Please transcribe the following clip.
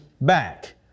back